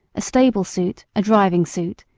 a stable suit, a driving suit,